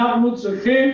אנחנו צריכים